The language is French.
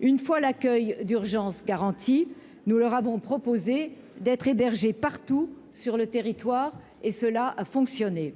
une fois l'accueil d'urgence garantie, nous leur avons proposé d'être hébergé partout sur le territoire et cela a fonctionné